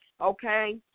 Okay